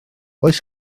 oes